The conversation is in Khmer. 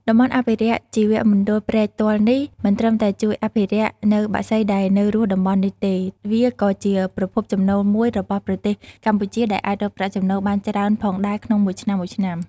តំបន់អភិរក្សជីវមណ្ឌលព្រែកទាល់នេះ មិនត្រឹមតែជួយអភិរក្សនៅបក្សីដែលនៅរស់តំបន់នេះទេ វាក៏ជាប្រភពចំណូលមួយរបស់ប្រទេសកម្ពុជាដែលអាចរកប្រាក់ចំណូលបានច្រើនផងដែលក្នុងមួយឆ្នាំៗ។